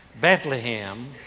Bethlehem